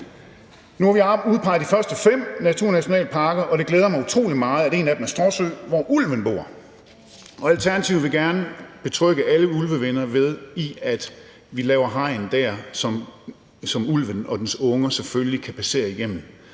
Nu har vi udpeget de første fem naturnationalparker, og det glæder mig utrolig meget, at en af dem er Stråsø, hvor ulven bor. Og Alternativet vil gerne betrygge alle ulvevenner i, at vi laver hegn der, som ulven og dens unger selvfølgelig kan passere igennem,